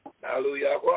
Hallelujah